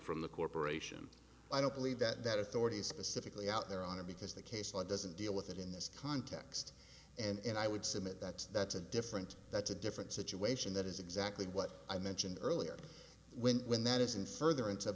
from the corporation i don't believe that authority specifically out there on it because the case law doesn't deal with it in this context and i would submit that that's a different that's a different situation that is exactly what i mentioned earlier when when that isn't further in